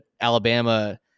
Alabama